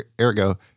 Ergo